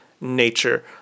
nature